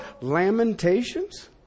Lamentations